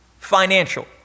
financial